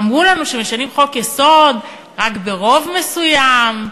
אמרו לנו שמשנים חוק-יסוד רק ברוב מסוים,